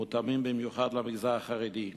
המותאמות במיוחד למגזר החרדי.